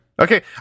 Okay